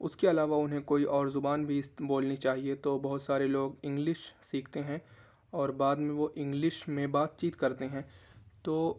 اس کے علاوہ انہیں کوئی اور زبان بھی بولنی چاہیے تو بہت سارے لوگ انگلش سیکھتے ہیں اور بعد میں وہ انگلش میں بات چیت کرتے ہیں تو